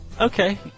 okay